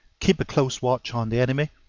keep a close watch on the enemy,